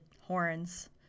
horns